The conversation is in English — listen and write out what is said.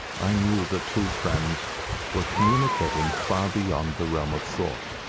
i knew that two friends were communicating far beyond the realm of thought